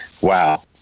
Wow